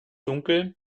dunkel